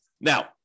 Now